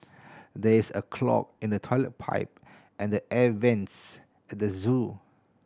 there is a clog in the toilet pipe and the air vents at the zoo